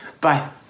Bye